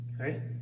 Okay